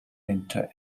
into